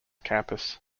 campus